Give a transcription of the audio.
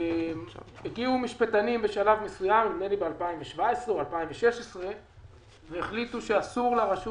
הגיעו משפטנים ב-2016 או ב-2017 והחליטו שאסור לרשות